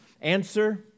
Answer